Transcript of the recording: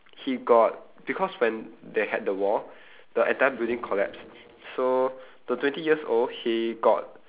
he got because when they had the war the entire building collapsed so the twenty years old he got